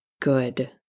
good